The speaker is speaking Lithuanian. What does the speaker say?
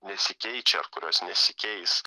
nesikeičia ir kurios nesikeis